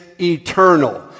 eternal